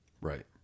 right